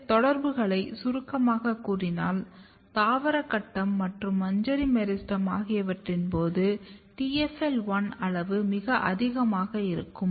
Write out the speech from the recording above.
இந்த தொடர்புகளை சுருக்கமாகக் கூறினால் தாவர கட்டம் மற்றும் மஞ்சரி மெரிஸ்டெம் ஆகியவற்றின் போது TFL 1 அளவு மிக அதிகமாக இருக்கும்